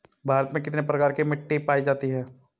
भारत में कितने प्रकार की मिट्टी पाई जाती हैं?